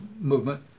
movement